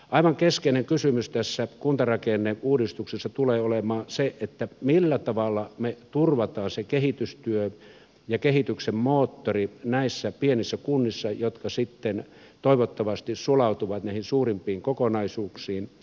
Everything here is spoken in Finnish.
aivan keskeinen kysymys tässä kuntarakenneuudistuksessa tulee olemaan se millä tavalla me turvaamme sen kehitystyön ja kehityksen moottorin näissä pienissä kunnissa jotka sitten toivottavasti sulautuvat näihin suurempiin kokonaisuuksiin